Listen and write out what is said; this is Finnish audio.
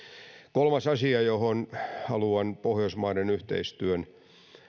kolmas asia johon haluan pohjoismaiden yhteistyön